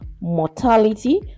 mortality